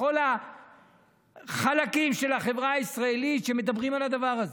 בכל החלקים של החברה הישראלית מדברים על הדבר הזה.